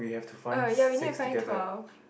uh ya we need to find twelve